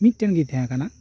ᱢᱤᱫ ᱴᱮᱱ ᱜᱮ ᱛᱟᱦᱮᱸ ᱠᱟᱱᱟ